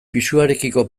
pisuarekiko